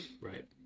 Right